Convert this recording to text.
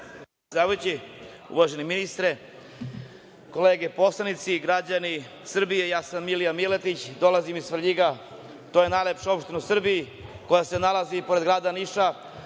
uvaženi ministre, kolege poslanici, građani Srbije, ja sam Milija Miletić, dolazim iz Svrljiga. To je najlepša opština u Srbiji koja se nalazi pored grada Niša,